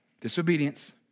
disobedience